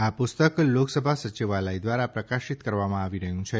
આ પુસ્તક લોકસભા સચિવાલય દ્રારા પ્રકાશીત કરવામાં આવી રહ્યું છે